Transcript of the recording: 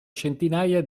centinaia